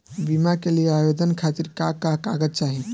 बीमा के लिए आवेदन खातिर का का कागज चाहि?